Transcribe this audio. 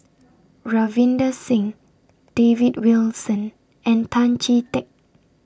Ravinder Singh David Wilson and Tan Chee Teck